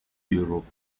europe